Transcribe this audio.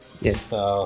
Yes